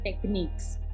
techniques